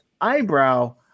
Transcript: eyebrow